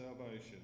salvation